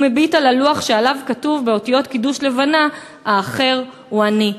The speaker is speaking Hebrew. ומביט אל הלוח שעליו כתוב באותיות קידוש לבנה: 'האחר הוא אני'.